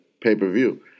pay-per-view